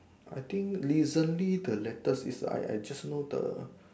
I think recently the latest is I I just know the